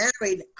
married